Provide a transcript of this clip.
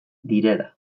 direla